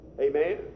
Amen